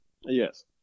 Yes